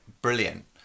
brilliant